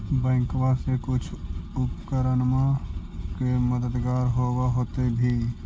बैंकबा से कुछ उपकरणमा के मददगार होब होतै भी?